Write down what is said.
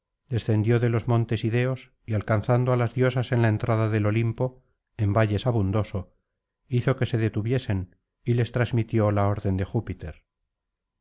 descendió de los montes ideos y alcanzando á las diosas en la entrada del olimpo en valles abundoso hizo que se detuviesen y les transmitió la orden de júpiter